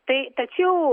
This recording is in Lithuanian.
tai tačiau